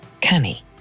canny